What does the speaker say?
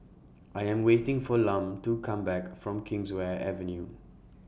I Am waiting For Lum to Come Back from Kingswear Avenue